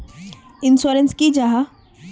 Insurance की जाहा?